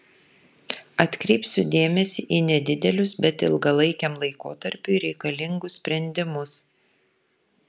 atkreipsiu dėmesį į nedidelius bet ilgalaikiam laikotarpiui reikalingus sprendimus